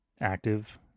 active